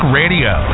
radio